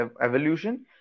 evolution